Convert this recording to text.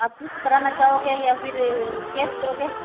आप किस्त करना चाहोगे या फिर कैश दोगे